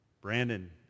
Brandon